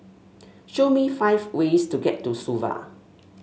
show me five ways to get to Suva